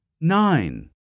nine